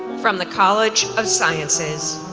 from the college of sciences,